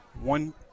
One